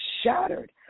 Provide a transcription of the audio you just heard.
shattered